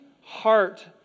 heart